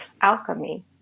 alchemy